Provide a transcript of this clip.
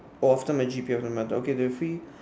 or after my G_P doesn't matter okay the free